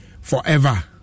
forever